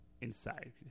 inside